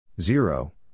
Zero